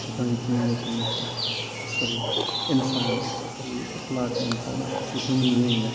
توٚتانۍ کِہیٖنۍ یوٚتانۍ نہٕ سُہ اَکھ اَصٕل اِنسان آسہِ اَصٕل اِخلاق ہیوٗ اِنسان آسہِ اَصٕل ہیوٗمَن بیٖنٛگ آسہِ